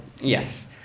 Yes